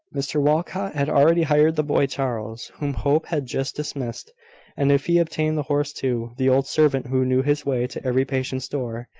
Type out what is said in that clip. mr walcot had already hired the boy charles, whom hope had just dismissed and if he obtained the horse too, the old servant who knew his way to every patient's door,